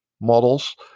models